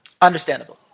Understandable